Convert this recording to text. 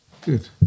Good